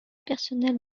personnel